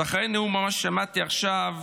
אז אחרי הנאום ששמעתי עכשיו